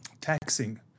taxing